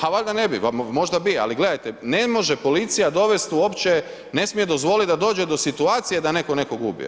A valjda ne bi, možda bi, ali gledajte, ne može policija dovesti uopće, ne smije dozvoliti da dođe do situacije da netko nekog ubije.